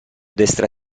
destra